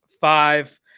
five